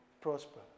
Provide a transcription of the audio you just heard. prosper